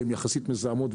שהן מזהמות יחסית,